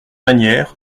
manière